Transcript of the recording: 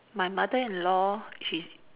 my mother-in-law she's